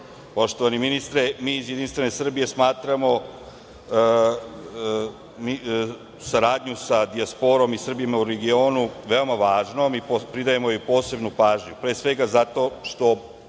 Poštovani ministre, mi iz JS smatramo saradnju sa dijasporom i Srbima u regionu veoma važnom i pridajemo joj posebnu pažnju, pre svega zato što